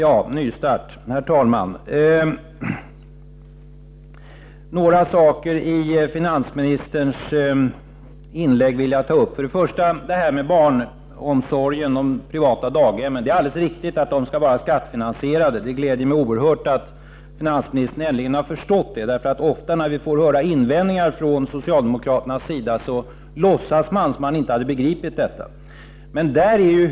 Herr talman! Låt mig ta upp några saker i finansministerns inlägg. För det första är det riktigt att de privata daghemmen skall vara skattefinansierade. Det gläder mig oerhört mycket att finansministern äntligen har förstått det. Ofta när vi får höra invändningar från socialdemokraterna låtsas de som om de inte hade begripit detta.